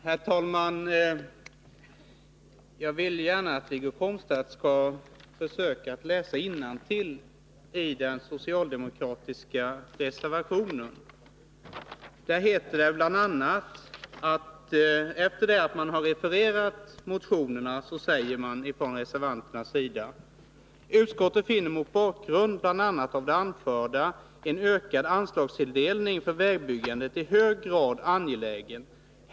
Herr talman! Jag vill gärna att Wiggo Komstedt skall försöka läsa innantill i den socialdemokratiska reservationen 10. Efter det att man har refererat motionerna säger reservanterna bl.a.: ”Utskottet finner mot bakgrund bl.a. av det anförda en ökad anslagstilldelning för vägbyggandet i hög grad angelägen.